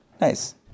Nice